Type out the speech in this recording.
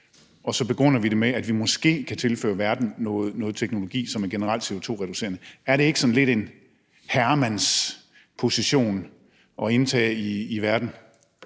Så begrunder vi det med, at vi måske kan tilføre verden noget teknologi, som er generelt CO2-reducerende. Er det ikke sådan lidt en herremandsposition at indtage i verden?